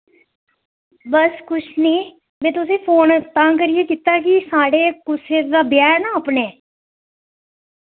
बस किश नि में तुसें फोन तां करियै कीता ऐ साढ़े कुसै दा ब्याह् ऐ ना अपने